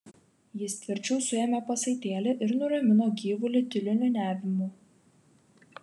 jis tvirčiau suėmė pasaitėlį ir nuramino gyvulį tyliu niūniavimu